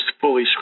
fully